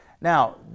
Now